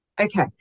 Okay